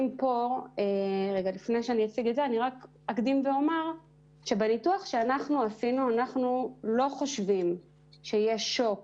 אני אקדים ואומר שבניתוח שאנחנו עשינו אנחנו לא חושבים שיהיה שוק